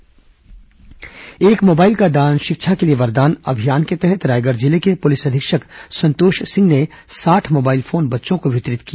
mobile दान एक mobile का दान शिक्षा के लिए वरदान अभियान के तहत रायगढ़ जिले के पुलिस अधीक्षक संतोष सिंह ने साठ मोबाइल फोन बच्चों को वितरित किया